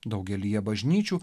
daugelyje bažnyčių